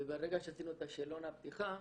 וברגע שעשינו את שאלון הפתיחה,